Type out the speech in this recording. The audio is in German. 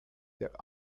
der